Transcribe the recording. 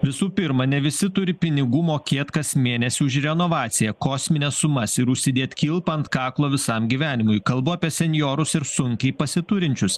visų pirma ne visi turi pinigų mokėt kas mėnesį už renovaciją kosmines sumas ir užsidėt kilpą ant kaklo visam gyvenimui kalbu apie senjorus ir sunkiai pasiturinčius